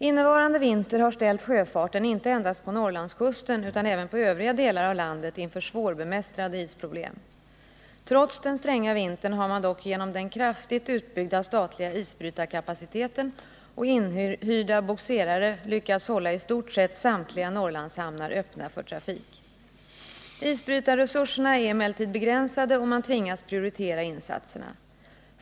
Innevarande vinter har ställt sjöfarten inte endast på Norrlandskusten utan även på övriga delar av landet inför svårbemästrade isproblem. Trots den stränga vintern har man dock genom den kraftigt utbyggda statliga isbrytarkapaciteten och inhyrda bogserare lyckats hålla i stort sett samtliga Norrlandshamnar öppna för trafik. Isbrytarresurserna är emellertid begränsade, och man tvingas prioritera insatserna.